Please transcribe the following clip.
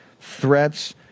threats